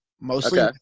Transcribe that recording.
mostly